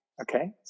Okay